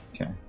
Okay